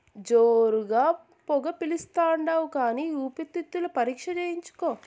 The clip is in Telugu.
జోరుగా పొగ పిలిస్తాండావు కానీ ఊపిరితిత్తుల పరీక్ష చేయించుకో